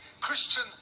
christian